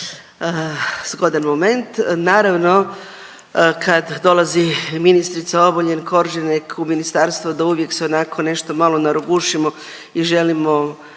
zgodan moment. Naravno kad dolazi ministrica Obuljen Koržinek u ministarstvo da uvijek se onako nešto malo narogušimo i želimo